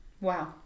Wow